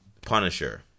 punisher